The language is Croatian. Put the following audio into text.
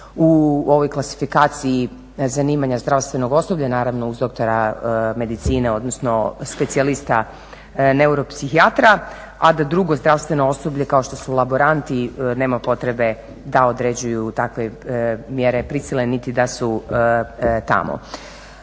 to u klasifikaciji zanimanja zdravstvenog osoblja naravno uz doktora medicine odnosno specijalista neuropsihijatra, a da drugo zdravstveno osoblje kao što su laboranti nema potrebe da određuju takve mjere prisile niti da su tamo.